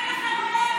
אין לכם לב?